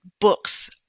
books